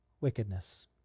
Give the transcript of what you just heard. wickedness